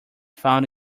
found